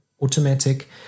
automatic